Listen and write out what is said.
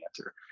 answer